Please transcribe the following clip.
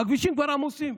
הכבישים כבר עמוסים.